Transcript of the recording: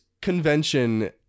convention